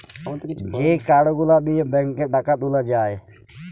যেই কার্ড গুলা দিয়ে ব্যাংকে টাকা তুলে যায়